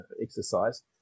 exercise